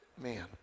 man